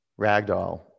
Ragdoll